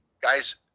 Guys